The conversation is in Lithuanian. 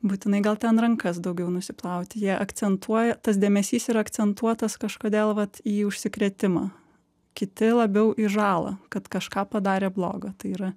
būtinai gal ten rankas daugiau nusiplauti jie akcentuoja tas dėmesys yra akcentuotas kažkodėl vat į užsikrėtimą kiti labiau į žalą kad kažką padarė blogo tai yra